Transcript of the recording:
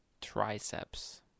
triceps